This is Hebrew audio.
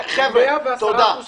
110% תעסוקה.